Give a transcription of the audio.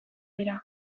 dira